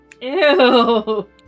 Ew